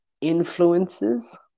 influences